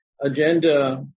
agenda